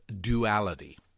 duality